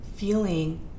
Feeling